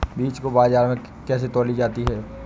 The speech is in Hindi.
बीज को बाजार में कैसे तौली जाती है?